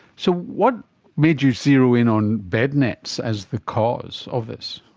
so what made you zero in on bed nets as the cause of this?